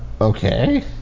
okay